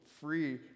free